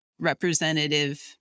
representative